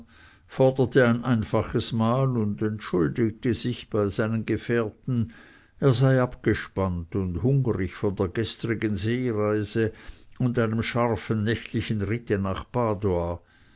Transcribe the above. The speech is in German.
forderte ein einfaches mahl und entschuldigte sich bei seinem gefährten er sei abgespannt und hungrig von der gestrigen seereise und einem scharfen nächtlichen ritte nach padua